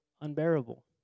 unbearable